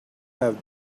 have